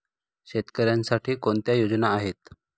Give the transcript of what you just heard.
शेतकऱ्यांसाठी कोणत्या योजना आहेत?